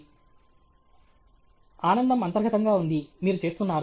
విద్యార్థి ఆనందం అంతర్గతంగా ఉంది మీరు చేస్తున్నారు